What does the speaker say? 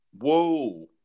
Whoa